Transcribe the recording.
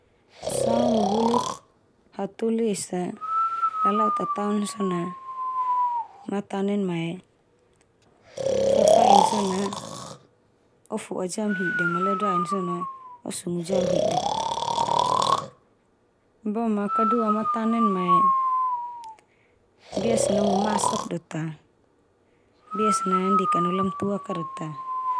Sanga bubuluk hatoli esa lala'u tataon so na, matanen mae, fafain so na o fo'a jam hida ma leodaen so na o sungu jam hida. Boma kadua matanen mae biasa na o mu masok do ta, biasa na an deka mo Lamatuak a dota.